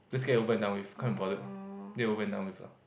just get it over and done with can't be bothered get it over and done with lah